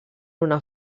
una